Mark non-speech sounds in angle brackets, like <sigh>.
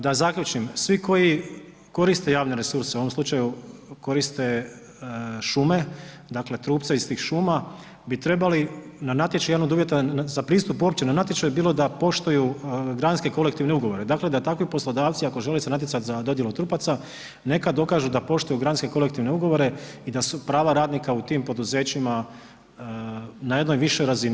Da zaključim, svi koji koriste javne resurse, u ovom slučaju koriste šume, dakle trupce iz tih šuma bi trebali na natječaj jedan od uvjeta za pristup uopće na natječaj bilo da poštuju ... <unintelligible> kolektivne ugovore dakle da takvi poslodavci ako žele se natjecati za dodjelu trupaca, neka dokažu da poštuju ... <unintelligible> kolektivne ugovore i da su prava radnika u tim poduzećima na jednoj višoj razini.